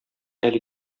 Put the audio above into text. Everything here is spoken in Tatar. әле